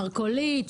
במרכולית,